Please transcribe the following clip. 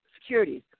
securities